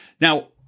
Now